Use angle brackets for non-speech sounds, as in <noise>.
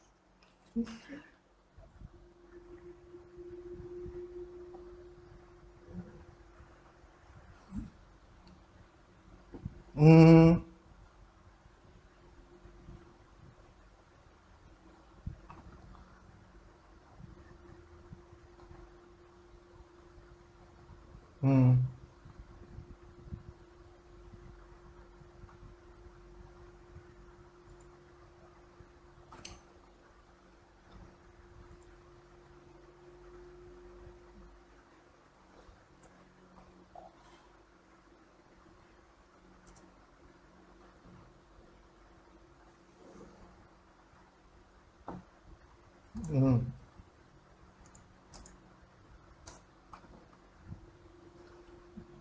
<laughs> mm mm mmhmm